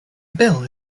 bill